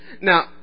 Now